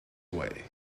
away